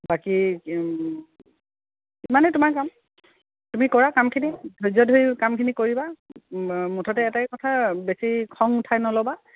বাকী ইমানেই তোমাৰ কাম তুমি কৰা কামখিনি ধৈৰ্য্য় ধৰি কামখিনি কৰিবা মুঠতে এটাই কথা বেছি খং উঠাই নল'বা